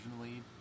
originally